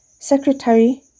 Secretary